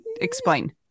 explain